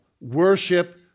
worship